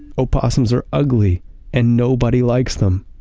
opossums are ugly and nobody likes them!